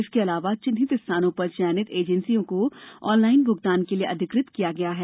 इसके अलावा चिन्हित स्थानों पर चयनित एजेंसियों को ऑनलाइन भूगतान के लिए अधिकृत किया जाएगा